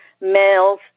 males